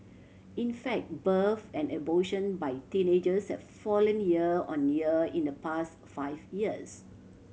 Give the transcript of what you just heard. in fact births and abortion by teenagers have fallen year on year in the past five years